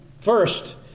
first